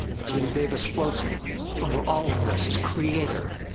jim davis floats over all this, as creator,